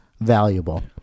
valuable